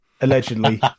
Allegedly